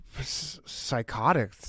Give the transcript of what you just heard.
psychotic